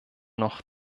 noch